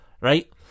right